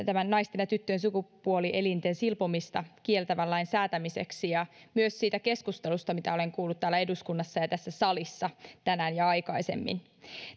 tämän naisten ja tyttöjen sukupuolielinten silpomista kieltävän lain säätämiseksi ja myös siitä keskustelusta mitä olen kuullut täällä eduskunnassa ja tässä salissa tänään ja aikaisemmin